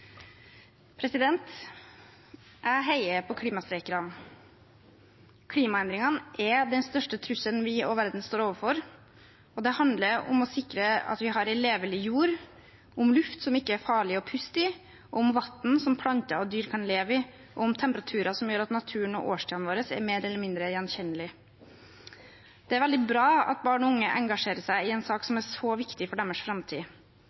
Jeg heier på klimastreikerne. Klimaendringene er den største trusselen vi og verden står overfor, og det handler om å sikre at vi har en levelig jord, luft som ikke er farlig å puste i, vann som planter og dyr kan leve i, og temperaturer som gjør at naturen og årstidene våre er mer eller mindre gjenkjennelige. Det er veldig bra at barn og unge engasjerer seg i en sak som er så viktig for deres framtid,